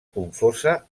confosa